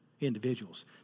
individuals